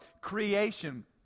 creation